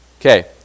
Okay